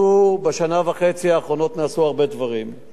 הוקמה טייסת אווירית שמוכיחה את עצמה יום-יום,